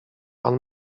pan